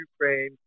Ukraine